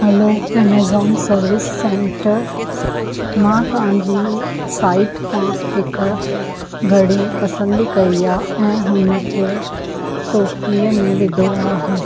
हलो Amazon service centre मां तव्हांजी site था हिकु घड़ी पसंदि कई आहे ऐं हुनखे टोकरीअ में विधो आहे